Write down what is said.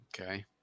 Okay